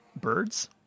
Birds